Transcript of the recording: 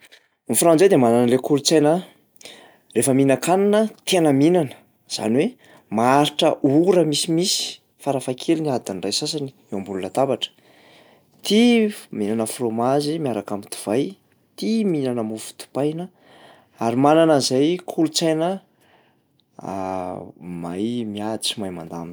Ny fratsay de manana an'lay kolontsaina rehefa mihinan-kanina tena mihinana zany hoe maharitra ora misimisy, farafahakeliny adiny iray sasany eo ambony latabatra. Tia f- mihinanana frômazy miaraka am'divay, tia mihinanana mofo dipaina ary manana an'zay kolotsaina mahay miady sy mahay mandamina zay koa izy.